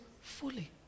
fully